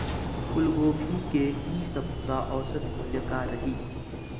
फूलगोभी के इ सप्ता औसत मूल्य का रही?